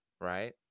right